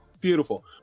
beautiful